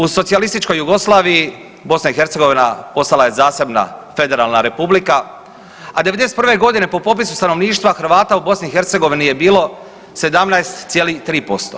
U socijalističkoj Jugoslaviji BiH postala je zasebna federalna republika, a '91.g. po popisu stanovništva Hrvata u BiH je bilo 17,3%